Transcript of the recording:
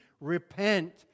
repent